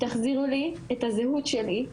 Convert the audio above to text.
תחזירו לי את הזהות שלי,